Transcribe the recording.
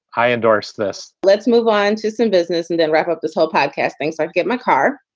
i endorse this. let's move on to some business and then wrap up this whole podcast. thanks. i'll get my car.